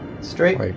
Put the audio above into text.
straight